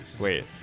Wait